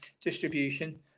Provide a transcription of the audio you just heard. distribution